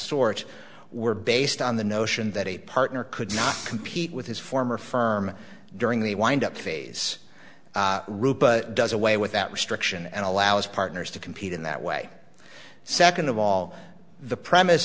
sort were based on the notion that a partner could not compete with his former firm during the wind up phase does away with that restriction and allow his partners to compete in that way second of all the premise